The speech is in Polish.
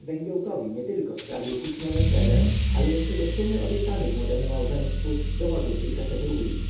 węgiełkowi nietylko sprawił huczne wesele ale jeszcze do sumy obiecanej młodemu małżeństwu dołożył kilkaset rubli